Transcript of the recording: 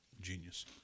Genius